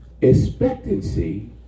expectancy